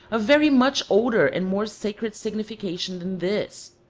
a very much older and more sacred signification than this.